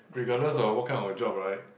regardless of what kind of job right